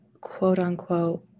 quote-unquote